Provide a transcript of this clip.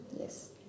Yes